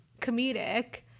comedic